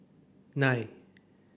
nine